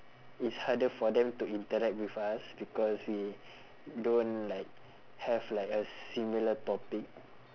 it's harder for them to interact with us because we don't like have like a similar topic